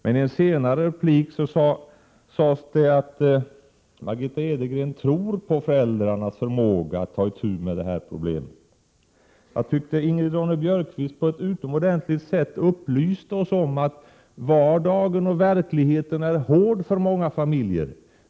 I en senare replik sade hon att hon tror på föräldrarnas förmåga att ta itu med problemet. Jag tycker att Ingrid Ronne-Björkqvist på ett utomordentligt sätt upplyste oss om att vardagen och verkligheten är hårda för många familjer.